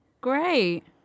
Great